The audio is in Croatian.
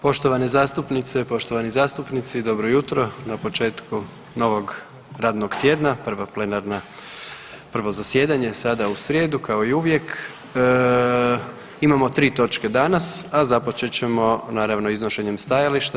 Poštovane zastupnice, poštovani zastupnici, dobro jutro, na početku novog radnog tjedna, prva plenarna, prvo zasjedanje sada u srijedu, kao i uvijek, imamo tri točke danas, a započet ćemo naravno iznošenjem stajališta.